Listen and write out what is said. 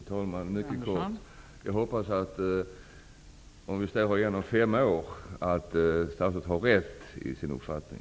Fru talman! Mycket kort: Jag hoppas att vi om fem år skall finna att statsrådet hade rätt i sin uppfattning.